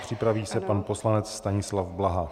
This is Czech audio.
Připraví se pan poslanec Stanislav Blaha.